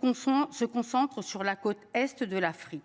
confond se concentre sur la côte est de l'Afrique